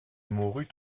mourut